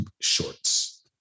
shorts